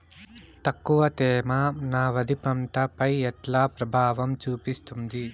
తక్కువ తేమ నా వరి పంట పై ఎట్లా ప్రభావం చూపిస్తుంది?